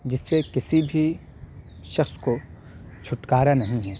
جس سے کسی بھی شخص کو چھٹکارا نہیں ہے